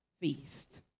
feast